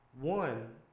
One